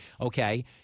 okay